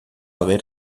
ver